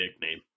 nickname